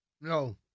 No